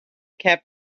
kept